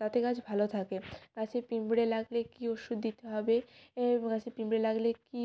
তাতে গাছ ভালো থাকে গাছে পিঁপড়ে লাগলে কী ওষুধ দিতে হবে গাছে পিঁপড়ে লাগলে কী